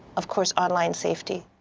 of course, online safety.